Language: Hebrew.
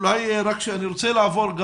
אני רוצה לעבור,